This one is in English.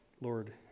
Lord